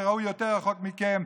שראו יותר רחוק מכם,